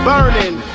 Burning